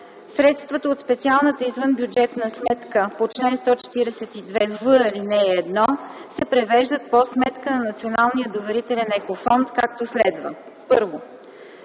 Средствата от специалната извънбюджетна сметка по чл. 142в, ал. 1 се превеждат по сметка на Националния доверителен екофонд, както следва: 1.